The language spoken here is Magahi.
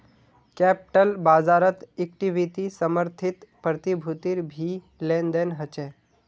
कैप्टल बाज़ारत इक्विटी समर्थित प्रतिभूतिर भी लेन देन ह छे